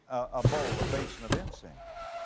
a bowl, a basin of incense.